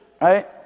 Right